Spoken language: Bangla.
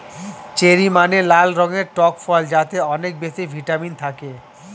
চেরি মানে লাল রঙের টক ফল যাতে অনেক বেশি ভিটামিন থাকে